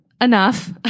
Enough